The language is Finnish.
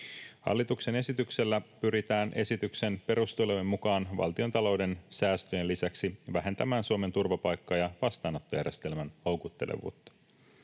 Hallituksen esityksellä pyritään esityksen perustelujen mukaan valtiontalouden säästöjen lisäksi vähentämään Suomen turvapaikka‑ ja vastaanottojärjestelmän houkuttelevuutta.